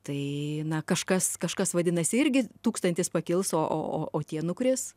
tai na kažkas kažkas vadinasi irgi tūkstantis pakils o o tie nukris